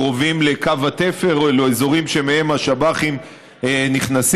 קרובים לקו התפר או לאזורים שמהם השב"חים נכנסים,